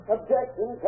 Objection